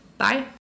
Bye